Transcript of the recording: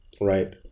right